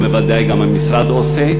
ובוודאי גם המשרד עושה.